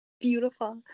Beautiful